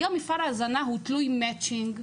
היום מפעל ההזנה הוא תלוי מצ'ינג,